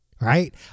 right